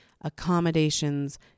Accommodations